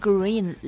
Green